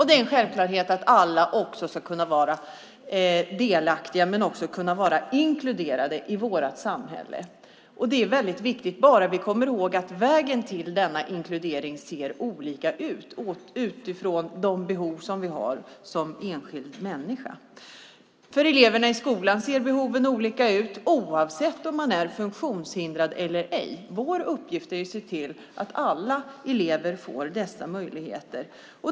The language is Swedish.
Det är en självklarhet att alla ska kunna vara delaktiga men också inkluderade i vårt samhälle, och det är väldigt viktigt, bara vi kommer ihåg att vägen till denna inkludering ser olika ut utifrån de behov vi har som enskilda människor. För eleverna i skolan ser behoven olika ut, oavsett om man är funktionshindrad eller ej. Vår uppgift är att se till att alla elever får dessa möjligheter.